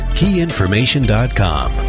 keyinformation.com